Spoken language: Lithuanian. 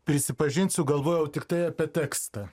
prisipažinsiu galvojau tiktai apie tekstą